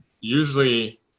Usually